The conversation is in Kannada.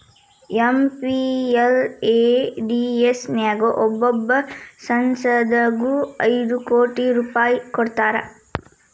ಎಂ.ಪಿ.ಎಲ್.ಎ.ಡಿ.ಎಸ್ ನ್ಯಾಗ ಒಬ್ಬೊಬ್ಬ ಸಂಸದಗು ಐದು ಕೋಟಿ ರೂಪಾಯ್ ಕೊಡ್ತಾರಾ